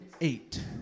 eight